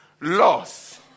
loss